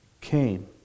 came